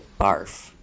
Barf